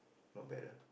not bad ah